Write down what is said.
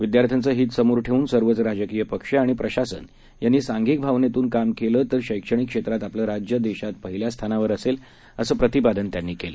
विद्यार्थ्यांचं हित समोर ठेवून सर्वच राजकीय पक्ष आणि प्रशासन यांनी सांधिक भावनेतून काम केलं तर शैक्षणिक क्षेत्रात आपलं राज्य देशात पहिल्या स्थानावर असेल असं प्रतिपादन त्यांनी यावेळी केलं